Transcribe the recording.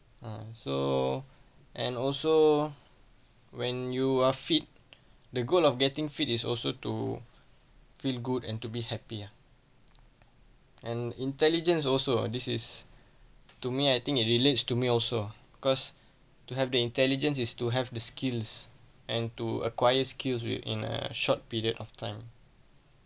err so and also when you are fit the goal of getting fit is also to feel good and to be happy ah and intelligence also ah this is to me I think it relates to me also ah because to have the intelligence is to have the skills and to acquire skills within a short period of time